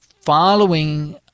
following